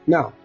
Now